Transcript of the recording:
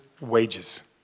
wages